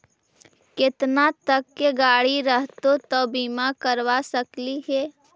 केतना तक के गाड़ी रहतै त बिमा करबा सकली हे?